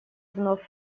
вновь